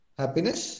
happiness